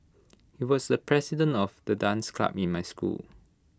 he was the president of the dance club in my school